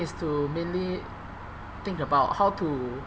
is to mainly think about how to